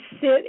sit